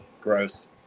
Gross